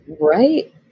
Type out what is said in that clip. Right